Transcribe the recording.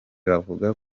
bavuga